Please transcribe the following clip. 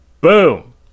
Boom